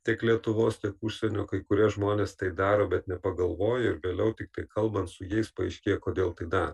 tiek lietuvos tiek užsienio kai kurie žmonės tai daro bet nepagalvoja ir vėliau tik tai kalbant su jais paaiškėja kodėl tai daro